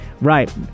Right